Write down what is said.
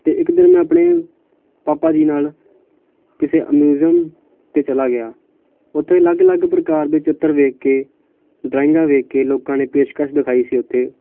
ਅਤੇ ਇੱਕ ਦਿਨ ਮੈਂ ਆਪਣੇ ਪਾਪਾ ਜੀ ਨਾਲ ਕਿਸੇ ਅ ਮਿਊਜ਼ੀਅਮ 'ਤੇ ਚਲਾ ਗਿਆ ਉੱਥੇ ਅਲੱਗ ਅਲੱਗ ਪ੍ਰਕਾਰ ਦੇ ਚਿੱਤਰ ਦੇਖ ਕੇ ਡਰਾਇੰਗਾਂ ਦੇਖ ਕੇ ਲੋਕਾਂ ਨੇ ਪੇਸ਼ਕਸ਼ ਦਿਖਾਈ ਸੀ ਉੱਥੇ